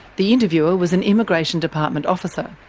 the interviewer was an immigration department officer.